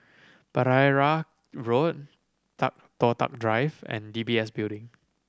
Pereira Road Toh Tuck Drive and D B S Building